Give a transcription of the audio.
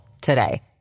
today